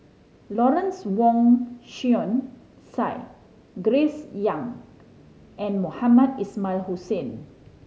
Lawrence Wong Shyun Tsai Grace Young and Mohamed Ismail Hussain